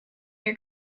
your